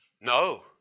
No